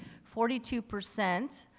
forty two percent,